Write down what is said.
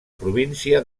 província